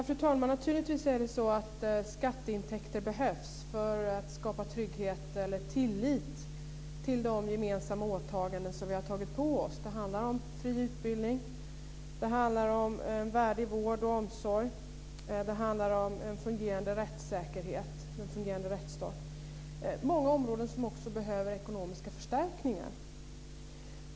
Fru talman! Naturligtvis är det så att skatteintäkter behövs för att skapa trygghet eller tillit till de gemensamma åtaganden som vi har gjort. Det handlar om fri utbildning, en värdig vård och omsorg och en fungerande rättsstat. Det är områden som också behöver ekonomiska förstärkningar.